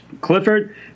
Clifford